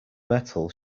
metal